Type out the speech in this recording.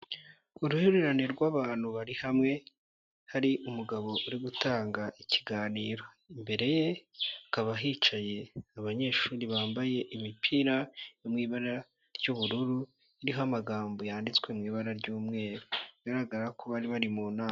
Uruherererane rw'abantu bari hamwe hari umugabo uri gutanga ikiganiro, imbere ye hakaba hicaye abanyeshuri bambaye imipira yo mu ibara ry'ubururu iriho amagambo yanditswe mu ibara ry'umweru, bigaragara ko bari bari mu nama.